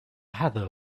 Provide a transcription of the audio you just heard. heather